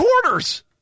quarters